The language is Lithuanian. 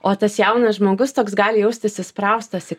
o tas jaunas žmogus toks gali jaustis įspraustas į